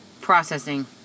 processing